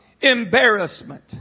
embarrassment